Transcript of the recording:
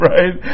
Right